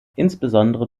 insbesondere